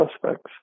suspects